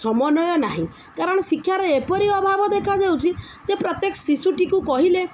ସମନ୍ୱୟ ନାହିଁ କାରଣ ଶିକ୍ଷାର ଏପରି ଅଭାବ ଦେଖାଯାଉଛିି ଯେ ପ୍ରତ୍ୟେକ ଶିଶୁଟିକୁ କହିଲେ